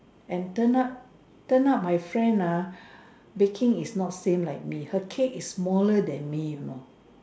and turn out turn out my friend ah baking is not same like me her cake is smaller than me you know